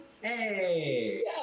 Hey